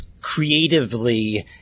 creatively